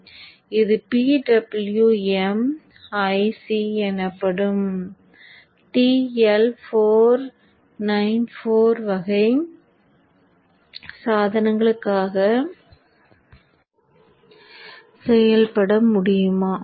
இது PWM IC எனப்படும் TL494 வகை சாதனங்களுக்கான விநியோகமாக செயல்பட முடியுமா